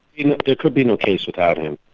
you know there could be no case without him.